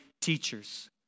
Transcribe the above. teachers